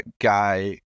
guy